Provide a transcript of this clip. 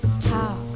talk